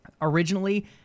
originally